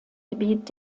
gebiet